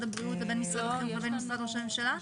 הבריאות לבין משרד החינוך ומשרד ראש הממשלה?